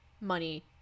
money